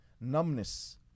numbness